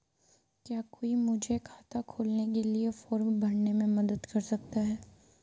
क्या कोई मुझे खाता खोलने के लिए फॉर्म भरने में मदद कर सकता है?